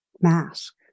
mask